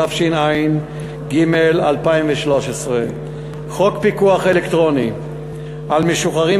התשע"ג 2013. חוק פיקוח אלקטרוני על משוחררים